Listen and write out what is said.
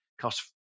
cost